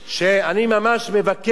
שאני ממש מבקש